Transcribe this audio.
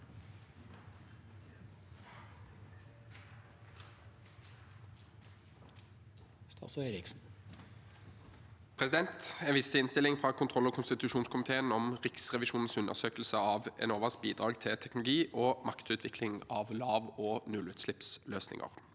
Jeg viser til innstilling fra kontroll- og konstitusjonskomiteen om Riksrevisjonens undersøkelse av Enovas bidrag til teknologi- og markedsutvikling av lav- og nullutslippsløsninger.